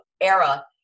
era